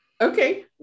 Okay